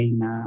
na